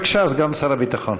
בבקשה, סגן שר הביטחון.